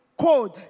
code